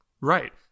Right